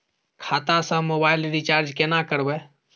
खाता स mobile recharge केना करबे?